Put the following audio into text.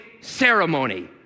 ceremony